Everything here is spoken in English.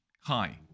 Hi